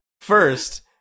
First